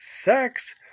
sex